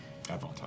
Advantage